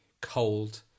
cold